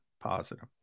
Positive